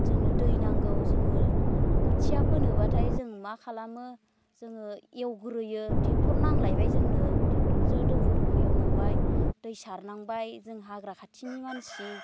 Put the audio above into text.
जोंनो दै नांगौ जोङो खोथिया फोनोब्लाथाय जों मा खालामो जोङो एवग्रोयो ट्रेक्टर नांलायबाय जोंनो ट्रेक्टरजो दोफु दोफु एवनांबाय दै सारनांबाय जों हाग्रा खाथिनि मानसि